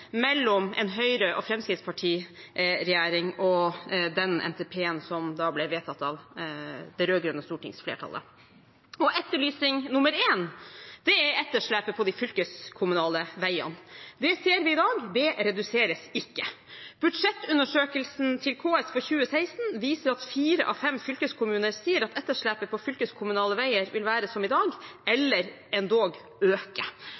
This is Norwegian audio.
mellom en Høyre–Fremskrittsparti-regjering og den NTP-en som da ble vedtatt av det rød-grønne stortingsflertallet. Etterlysning nummer én er etterslepet på de fylkeskommunale veiene. Vi ser i dag at det ikke reduseres. Budsjettundersøkelsen til KS for 2016 viser at fire av fem fylkeskommuner sier at etterslepet på fylkeskommunale veier vil være som i dag, eller